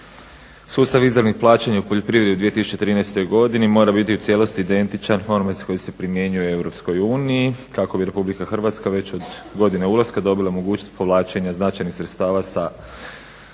sustav izravnih plaćanja u poljoprivredi je u 2013. godini mora biti u cijelosti identičan onome koji se primjenjuje u EU kako bi RH već od godine ulaska dobila mogućnost povlačenja značajnih sredstava iz